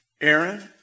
Aaron